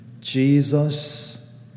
Jesus